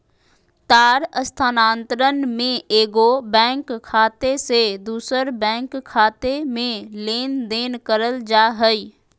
तार स्थानांतरण में एगो बैंक खाते से दूसर बैंक खाते में लेनदेन करल जा हइ